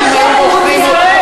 מה עם הלל ביום העצמאות?